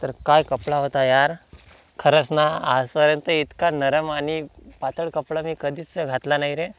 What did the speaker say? तर काय कपडा होता यार खरंच ना आजपर्यंत इतका नरम आणि पातळ कपडा मी कधीच घातला नाही रे